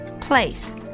place